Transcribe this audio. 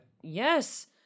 Yes